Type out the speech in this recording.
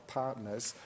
partners